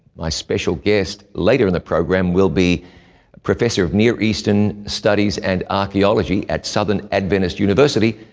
my special guest later in the program will be professor of near-eastern studies and archaeology at southern adventist university,